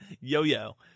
Yo-yo